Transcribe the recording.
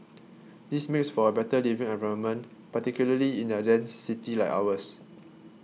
this makes for a better living environment particularly in a dense city like ours